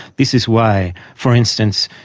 this is why, for instance,